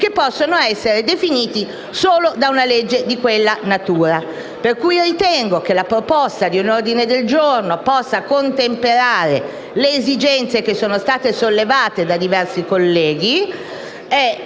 che possono essere definiti solo da una legge di quella natura. Per cui ritengo che la presentazione di un ordine del giorno possa contemperare le esigenze che sono state sollevate da diversi colleghi con